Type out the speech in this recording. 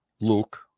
Luke